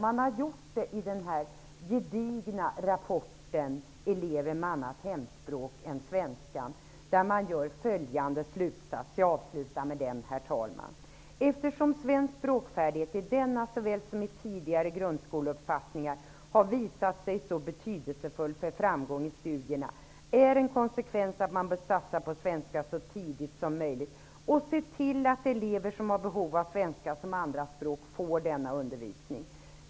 Det har gjorts i den gedigna rapporten om elever med annat hemspråk än svenska. Där görs följande slutsats. Eftersom svensk språkfärdighet i denna såväl som tidigare grundskoleformer har visat sig så betydelsefull för framgång i studierna, är det en konsekvens att man bör satsa på svenska så tidigt som möjligt och se till att elever som har svenska som andra språk får denna undervisning.